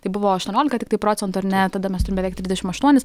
tai buvo aštuoniolika tiktai procentų ar ne tada mes turim beveik trisdešimt aštuonis